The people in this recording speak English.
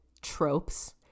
tropes